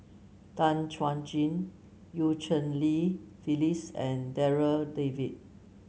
Tan Chuan Jin Eu Cheng Li Phyllis and Darryl David